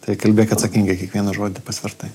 tai kalbėk atsakingai kiekvieną žodį pasvertai